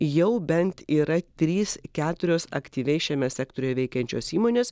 jau bent yra trys keturios aktyviai šiame sektoriuje veikiančios įmonės